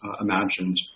imagined